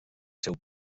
seu